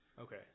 Okay